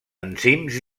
enzims